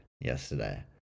yesterday